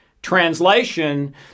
translation